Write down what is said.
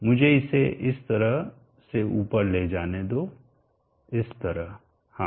मुझे इसे इस तरह से ऊपर ले जाने दो इस तरह हाँ